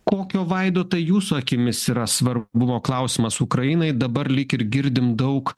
kokio vaidotai jūsų akimis yra svarbumo klausimas ukrainai dabar lyg ir girdim daug